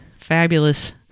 fabulous